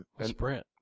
Sprint